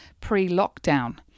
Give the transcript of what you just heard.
pre-lockdown